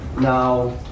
Now